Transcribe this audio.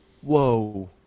whoa